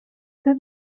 that